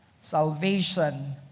salvation